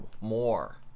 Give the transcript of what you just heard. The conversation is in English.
more